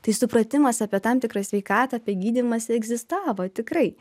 tai supratimas apie tam tikrą sveikatą apie gydymąsi egzistavo tikrai